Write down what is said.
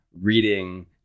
reading